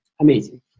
amazing